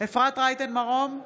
אפרת רייטן מרום,